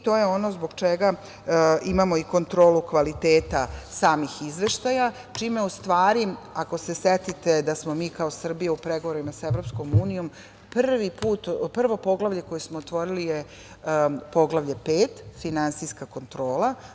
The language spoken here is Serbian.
To je ono zbog čega imamo i kontrolu kvaliteta samih izveštaja čime u stvari, ako se setite da smo mi kao Srbija u pregovorima sa EU prvo poglavlje koje smo otvorili je Poglavlje 5 – finansijska kontrola.